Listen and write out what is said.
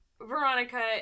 Veronica